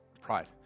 Pride